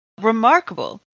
remarkable